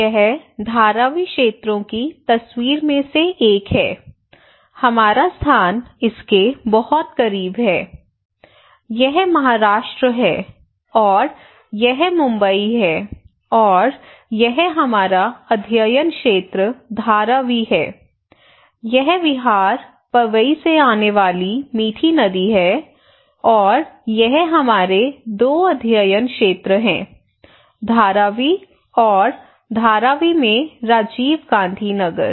यह धारावी क्षेत्रों की तस्वीर में से एक है हमारा स्थान इसके बहुत करीब है यह महाराष्ट्र है और यह मुंबई है और यह हमारा अध्ययन क्षेत्र धारावी है यह विहार पवई से आने वाली मीठी नदी है और यह हमारे दो अध्ययन क्षेत्र हैं धारावी और धारावी में राजीव गांधी नगर